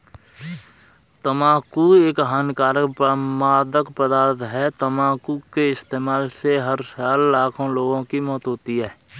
तंबाकू एक हानिकारक मादक पदार्थ है, तंबाकू के इस्तेमाल से हर साल लाखों लोगों की मौत होती है